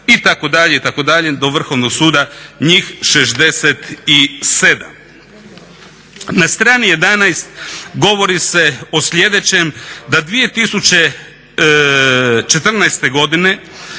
itd., itd. do Vrhovnog suda njih 67. Na strani 11. govori se o sljedećem, da 2014. godine